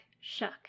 Shuck